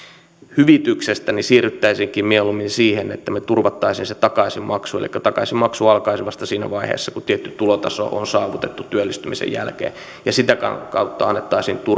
hyvityksestä siirryttäisiinkin mieluummin siihen että me turvaisimme sen takaisinmaksun elikkä takaisinmaksu alkaisi vasta siinä vaiheessa kun tietty tulotaso on saavutettu työllistymisen jälkeen ja sitä kautta annettaisiin